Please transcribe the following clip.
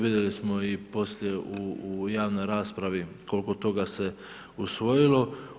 Vidjeli smo i poslije u javnoj raspravi koliko toga se usvojilo.